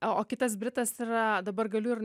o kitas britas yra dabar galiu ir